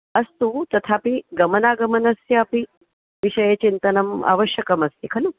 अस्तु तथापि गमनागमनस्यापि विषये चिन्तनम् आवश्यकमस्ति खलु